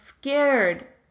scared